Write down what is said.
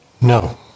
No